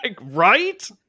Right